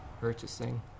purchasing